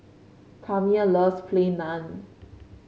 Tamia loves Plain Naan